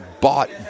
bought